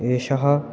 एषः